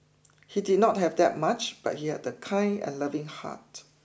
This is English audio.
he did not have that much but he had a kind and loving heart